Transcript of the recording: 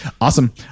Awesome